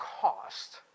cost